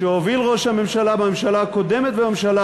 שהוביל ראש הממשלה בממשלה הקודמת ובממשלה